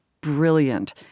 brilliant